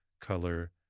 color